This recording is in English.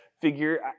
figure